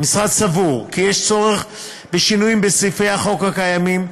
המשרד סבור כי יש צורך בשינויים בסעיפי החוק הקיימים,